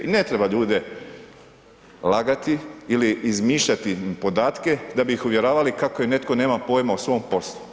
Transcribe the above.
I ne treba ljude lagati ili izmišljati podatke da bi ih uvjeravali kako netko nema pojma o svom poslu.